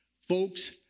Folks